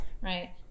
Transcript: right